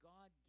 God